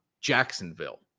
Jacksonville